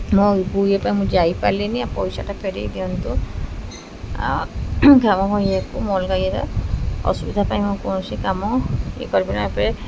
ମୁଁ ଇଏ ପାଇଁ ମୁଁ ଯାଇପାରିଲିନି ଆଉ ପଇସାଟା ଫେରାଇ ଦିଅନ୍ତୁ ଆଉ କାମ ଇଏକୁ ମୁଁ ଅଲଗା ଇଏରେ ଅସୁବିଧା ପାଇଁ ମୁଁ କୌଣସି କାମ କି କରିବିନି ଏହା ପରେ